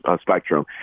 spectrum